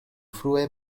frue